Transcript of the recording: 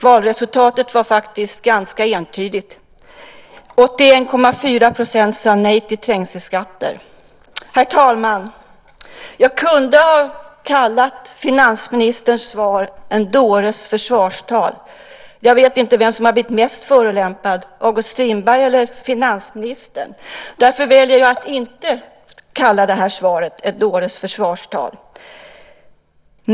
Valresultatet var entydigt: 81,4 % sade nej till trängselskatter. Herr talman! Jag kunde ha kallat finansministerns svar en dåres försvarstal! Jag vet inte vem som hade blivit mest förolämpad; August Strindberg eller finansministern. Därför väljer jag att inte kalla det här svaret för en dåres försvarstal.